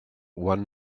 one